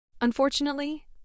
Unfortunately